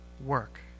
work